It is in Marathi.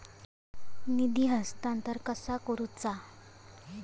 निधी हस्तांतरण कसा करुचा?